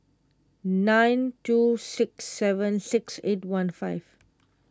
nine two six seven six eight one five